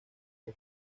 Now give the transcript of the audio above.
que